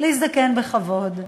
להזדקן בכבוד,